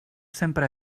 sempre